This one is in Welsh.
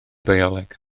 bioleg